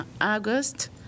August